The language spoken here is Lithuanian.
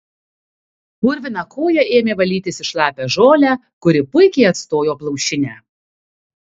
purviną koją ėmė valytis į šlapią žolę kuri puikiai atstojo plaušinę